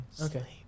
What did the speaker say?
Okay